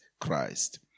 Christ